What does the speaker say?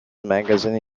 magazines